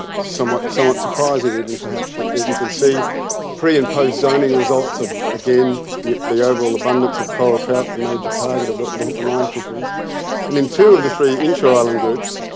ah somewhat somewhat surprising even perhaps but you can see pre-imposed zoning results of again the the overall abundance of coral trout, the major target of the the hook and line fisheries and in two of the three inshore island groups,